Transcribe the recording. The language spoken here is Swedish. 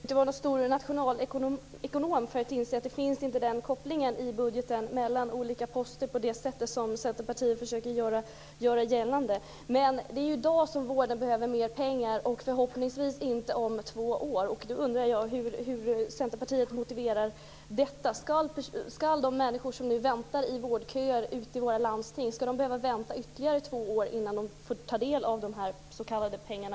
Fru talman! Man behöver inte vara någon stor nationalekonom för att inse att den kopplingen inte finns i budgeten mellan olika poster på det sätt som Centerpartiet försöker göra gällande. Det är i dag som vården behöver mer pengar, och förhoppningsvis inte om två år. Då undrar jag hur Centerpartiet motiverar detta. Ska de människor som i dag väntar i vårdköer ute i våra landsting behöva vänta ytterligare två år innan de kan ta del av de s.k. pengarna?